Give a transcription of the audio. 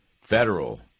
federal